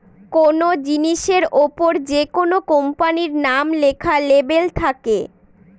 কোনো জিনিসের ওপর যেকোনো কোম্পানির নাম লেখা লেবেল থাকে